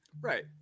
Right